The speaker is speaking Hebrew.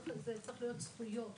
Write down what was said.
זה צריך להיות זכויות.